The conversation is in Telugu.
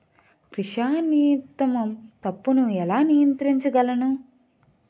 క్రిసాన్తిమం తప్పును ఎలా నియంత్రించగలను?